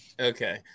Okay